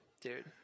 Dude